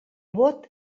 vot